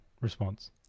response